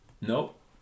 Nope